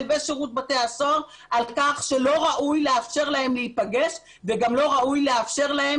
ושירות בתי הסוהר על כך שלא ראוי לאפשר להם להיפגש וגם לא ראוי לאפשר לו,